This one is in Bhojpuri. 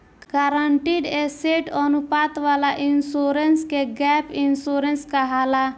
गारंटीड एसेट अनुपात वाला इंश्योरेंस के गैप इंश्योरेंस कहाला